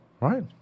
right